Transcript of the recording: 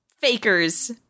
fakers